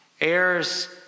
Heirs